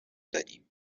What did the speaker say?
دادیم